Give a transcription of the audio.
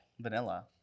Vanilla